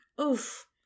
Oof